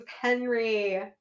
Henry